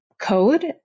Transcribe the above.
code